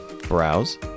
Browse